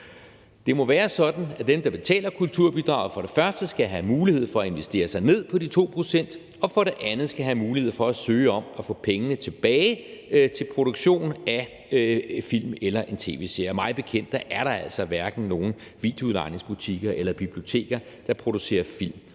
Det må være sådan, at dem, der betaler kulturbidraget, for det første skal have mulighed for at investere sig ned på de 2 pct., og for det andet skal de have mulighed for at søge om at få pengene tilbage til produktion af film eller en tv-serie. Og mig bekendt er der altså hverken nogen videoudlejningsbutikker eller biblioteker, der producerer film